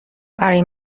برای